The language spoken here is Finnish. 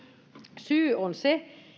syy on se